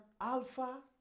Alpha